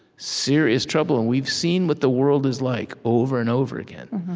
serious trouble. and we've seen what the world is like, over and over again,